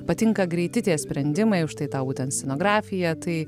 patinka greiti tie sprendimai už tai tau būtent scenografija tai